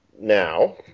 now